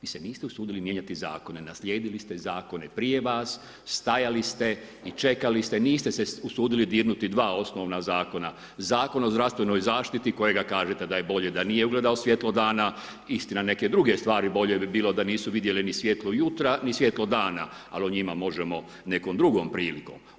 Vi se niste usudili mijenjati zakone, naslijedili ste zakone prije vas, stajali ste i čekali ste niste se usudili dirnuti dva osnovna zakona, Zakon o zdravstvenoj zaštiti kojega kažete da je bolje da nije ugledao svjetlo dana, istina neke druge stvari bolje bi bilo da nisu vidjele ni svjetlo jutra, ni svjetlo dana, al o njima možemo nekom drugom prilikom.